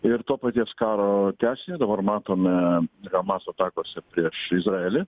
ir to paties karo tęsinį dabar matome hamas atakose prieš izraelį